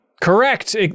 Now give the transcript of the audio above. Correct